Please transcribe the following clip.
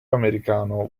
americano